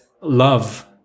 love